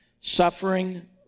Suffering